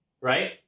right